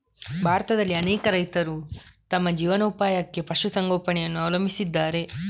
ಭಾರತದಲ್ಲಿ ಅನೇಕ ರೈತರು ತಮ್ಮ ಜೀವನೋಪಾಯಕ್ಕಾಗಿ ಪಶು ಸಂಗೋಪನೆಯನ್ನು ಅವಲಂಬಿಸಿದ್ದಾರೆ